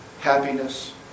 Happiness